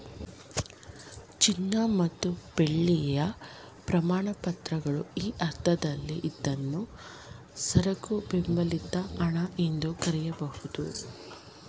ಚಿನ್ನ ಮತ್ತು ಬೆಳ್ಳಿಯ ಪ್ರಮಾಣಪತ್ರಗಳು ಈ ಅರ್ಥದಲ್ಲಿ ಇದ್ನಾ ಸರಕು ಬೆಂಬಲಿತ ಹಣ ಎಂದು ಕರೆಯಬಹುದು